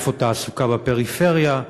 איפה תעסוקה בפריפריה?